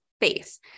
Face